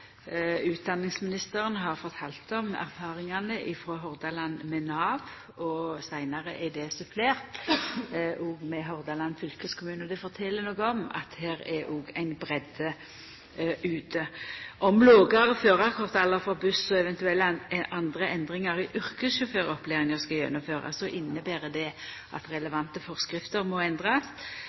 om erfaringane frå Hordaland med Nav, og seinare er det òg supplert med Hordaland fylkeskommune. Det fortel noko om at det er ei breidd ute. Om lågare førarkortalder for buss og eventuelle andre endringar i yrkessjåføropplæringa skal gjennomførast, inneber det at relevante forskrifter må endrast.